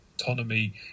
autonomy